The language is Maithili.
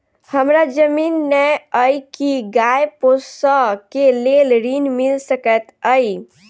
हमरा जमीन नै अई की गाय पोसअ केँ लेल ऋण मिल सकैत अई?